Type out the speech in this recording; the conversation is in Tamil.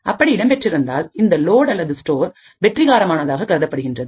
அப்படி இடம்பெற்றிருந்தால்இந்த லோட் அல்லது ஸ்டோர் வெற்றிகரமானதாக கருதப்படுகின்றது